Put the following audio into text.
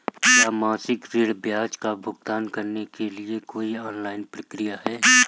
क्या मासिक ऋण ब्याज का भुगतान करने के लिए कोई ऑनलाइन प्रक्रिया है?